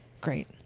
Great